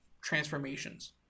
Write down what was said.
transformations